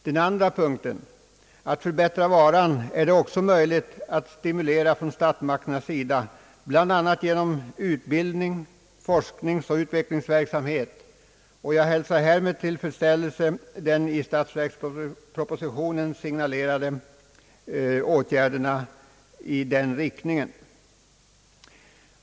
Den andra punkten, att förbättra varan, är det också möjligt att stimulera från statsmakternas sida bl.a. genom utbildning, forskningsoch utvecklingsverksamhet, och jag hälsar med tillfredsstälelse de i statsverkspropositionen signalerade åtgärderna i den riktningen.